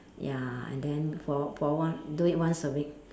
ya and then for for one do it once a week